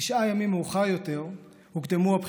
תשעה ימים מאוחר יותר הוקדמו הבחירות.